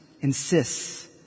insists